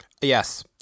Yes